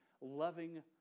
loving